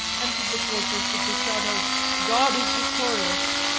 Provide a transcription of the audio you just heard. entered the fortress with the shout of god is victorious!